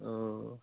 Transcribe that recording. औ